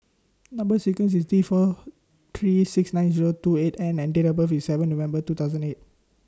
Number sequence IS T four three six nine Zero two eight N and Date of birth IS seven November two thousand and eight